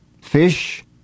fish